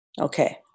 Okay